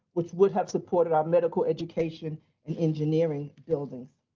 which would have supported our medical education and engineering buildings.